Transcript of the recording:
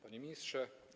Panie Ministrze!